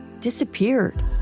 disappeared